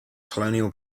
colonial